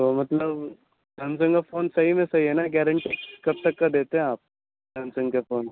تو مطلب سیمسنگ کا فون صحیح میں صحیح ہے نا گارنٹی کب تک کا دیتے ہیں آپ سیمسنگ کے فون